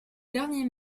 derniers